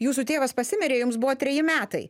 jūsų tėvas pasimirė jums buvo treji metai